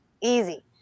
easy